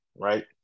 right